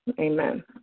Amen